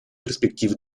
перспектив